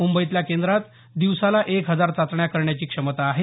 मुंबईतल्या केंद्रात दिवसाला एक हजार चाचण्या करण्याची क्षमता आहे